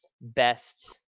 best